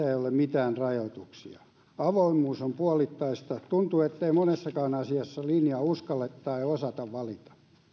mitään rajoituksia avoimuus on puolittaista tuntuu ettei monessakaan asiassa linjaa uskalleta tai osata valita